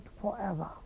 forever